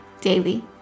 daily